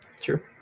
True